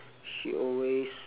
she always